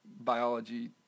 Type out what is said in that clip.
biology